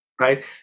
Right